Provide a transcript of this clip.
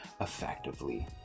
effectively